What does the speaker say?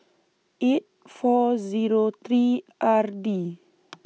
eight four three R D